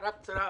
הערה קצרה,